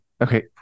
Okay